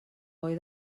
boi